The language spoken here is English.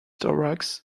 thorax